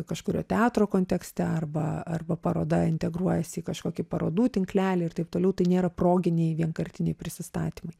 kažkurio teatro kontekste arba arba paroda integruojasi į kažkokį parodų tinklelį ir taip toliau tai nėra proginiai vienkartiniai prisistatymai